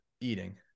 eating